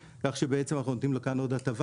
כך שבעצם אנחנו נותנים לו כאן עוד הטבה